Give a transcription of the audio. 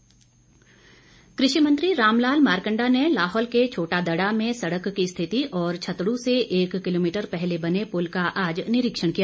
मारकंडा कृषि मंत्री रामलाल मारकंडा ने लाहौल के छोटा दड़ा में सड़क की रिथति और छतड़ू से एक किलोमीटर पहले बने पुल का आज निरीक्षण किया